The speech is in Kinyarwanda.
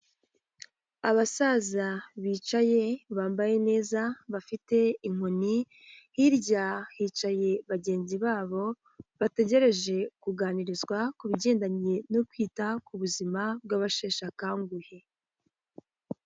Abasaza bicaye bambaye neza, bafite inkoni, hirya hicaye bagenzi babo, bategereje kuganirizwa ku bigendanye no kwita ku buzima bw'abasheshe akanguhe.